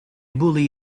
bully